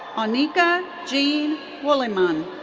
anika jean wulliman.